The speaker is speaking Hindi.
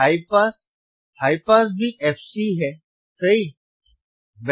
हाई पास हाई पास भी fC है सही